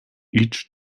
each